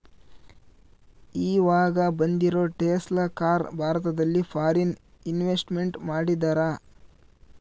ಈವಾಗ ಬಂದಿರೋ Tesla car ಭಾರತದಲ್ಲಿ ಫಾರಿನ್ ಇನ್ವೆಸ್ಟ್ಮೆಂಟ್ ಮಾಡಿದರಾ